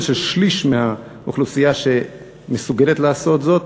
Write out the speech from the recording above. של שליש מהאוכלוסייה שמסוגלת לעשות זאת.